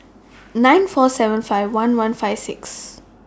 nine four seven five one one five six